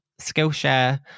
Skillshare